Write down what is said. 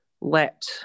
let